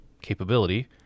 capability